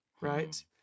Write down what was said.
right